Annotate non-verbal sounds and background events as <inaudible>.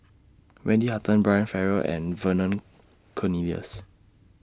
Wendy Hutton Brian Farrell and Vernon Cornelius <noise>